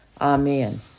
Amen